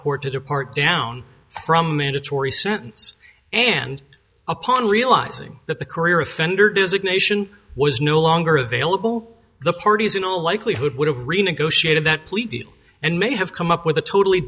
court to depart down from mandatory sentence and upon realizing that the career offender designation was no longer available the parties in all likelihood would have renegotiated that plea deal and may have come up with a totally